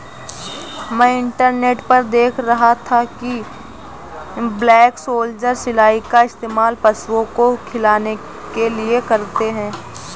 मैं इंटरनेट पर देख रहा था कि ब्लैक सोल्जर सिलाई का इस्तेमाल पशुओं को खिलाने के लिए करते हैं